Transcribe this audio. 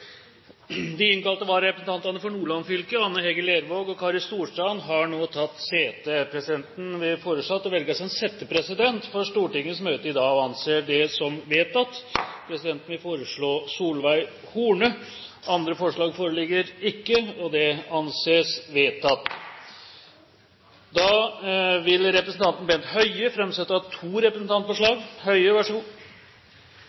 De innkalte vararepresentantene for Nordland fylke, Ann-Hege Lervåg og Kari Storstrand, har tatt sete. Presidenten vil foreslå at det velges en settepresident for Stortingets møte i dag – og anser det som vedtatt. Presidenten foreslår Solveig Horne. – Andre forslag foreligger ikke, og Solveig Horne anses enstemmig valgt som settepresident for dagens møte. Representanten Bent Høie vil framsette to